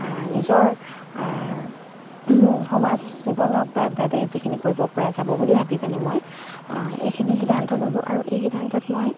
নিজৰ সমাজ জীৱনক বাবে যিখিনি কৰিব পৰা যাব বুলি ভাবি মই এইখিনি সিদ্ধান্ত ল'লোঁ আৰু এই সিদ্ধান্তত মই